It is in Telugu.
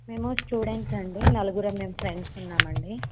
మేము స్టూడెంట్స్ అండి నలుగురు మేము ఫ్రెండ్స్ ఉన్నాం అండి